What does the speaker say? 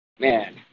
man